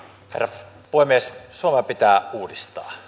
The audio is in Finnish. herra puhemies suomea pitää uudistaa